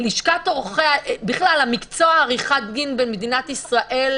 בכלל המקצוע עריכת דין במדינת ישראל,